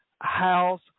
house